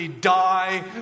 Die